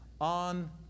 on